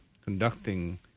conducting